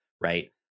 right